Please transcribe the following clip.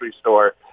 store